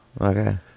okay